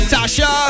Tasha